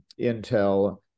intel